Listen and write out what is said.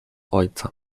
ojca